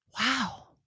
wow